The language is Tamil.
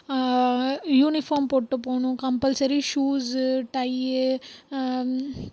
யூனிஃபாம் போட்டு போகணும் கம்பல்சரி ஷூஸ் டை